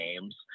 names